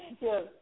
Yes